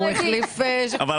לא